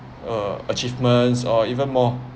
uh achievements or even more